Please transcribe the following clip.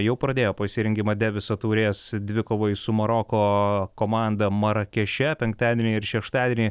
jau pradėjo pasirengimą deiviso taurės dvikovoj su maroko komanda marakeše penktadienį ir šeštadienį